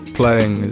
playing